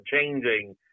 changing